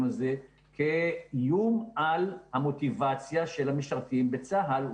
הזה כאיום על המוטיבציה של המשרתים בצה"ל,